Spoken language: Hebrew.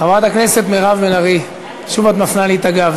חברת הכנסת מירב בן ארי, שוב את מפנה לי את הגב.